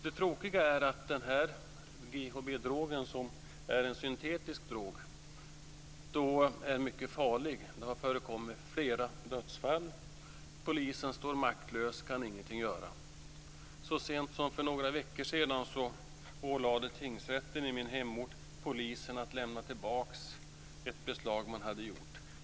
Det tråkiga är att GHB, som är en syntetisk drog, är mycket farlig. Det har förekommit flera dödsfall. Polisen står maktlös och kan ingenting göra. Så sent som för några veckor sedan ålade tingsrätten i min hemort polisen att lämna tillbaka ett beslag som man hade gjort.